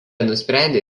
nusprendė